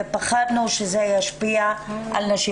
ופחדנו שזה ישפיע על נשים.